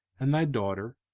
and thy daughter,